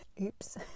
Oops